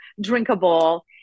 drinkable